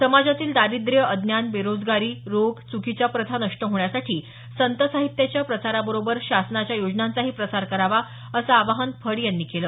समाजातील दारिद्रय अज्ञान बेरोजगारी रोग चुकीच्या प्रथा नष्ट होण्यासाठी संत साहित्याच्या प्रसाराबरोबर शासनाच्या योजनांचाही प्रसार करावा असं आवाहन फड यांनी केलं